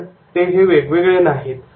पण ते हे वेगवेगळे नाहीत